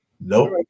Nope